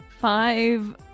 Five